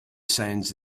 sounds